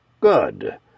Good